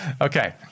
Okay